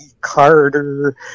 Carter